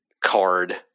card